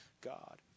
God